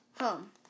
Home